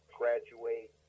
graduate